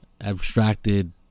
abstracted